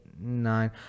nine